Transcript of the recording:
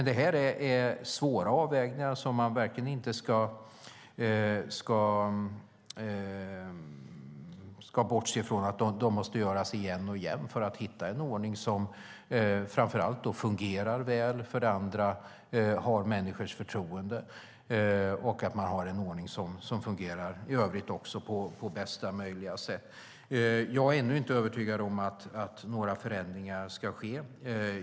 Det är svåra avvägningar där man verkligen inte ska bortse från att de måste göras igen och igen för att hitta en ordning som för det första fungerar väl, för det andra har människors förtroende och som i övrigt fungerar på bästa möjliga sätt. Jag är ännu inte övertygad om att förändringar ska ske.